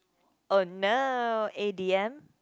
oh no A_D_M